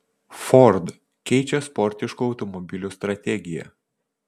ford keičia sportiškų automobilių strategiją